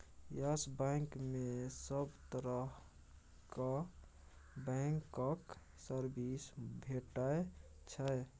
yes Bank मे सब तरहक बैंकक सर्विस भेटै छै